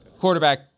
quarterback